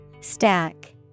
Stack